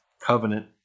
covenant